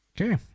okay